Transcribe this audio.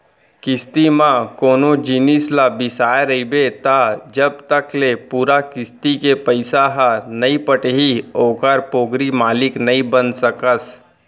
किस्ती म कोनो जिनिस ल बिसाय रहिबे त जब तक ले पूरा किस्ती के पइसा ह नइ पटही ओखर पोगरी मालिक नइ बन सकस